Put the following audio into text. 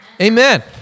Amen